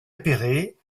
appéré